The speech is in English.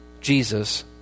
jesus